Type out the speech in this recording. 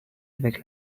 avec